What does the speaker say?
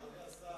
אדוני השר,